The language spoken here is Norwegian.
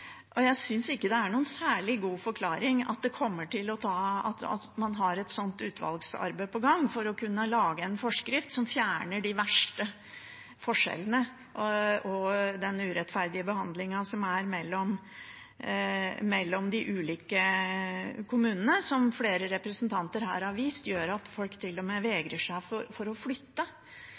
og jeg synes ikke det at man har et utvalgsarbeid på gang, er noen særlig god forklaring for ikke å kunne lage en forskrift som fjerner de verste forskjellene og den urettferdige behandlingen som er mellom de ulike kommunene, og som flere representanter her har vist til, gjør at folk til og med vegrer seg for å flytte.